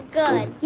good